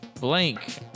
Blank